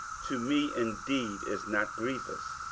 to me indeed is not grievous,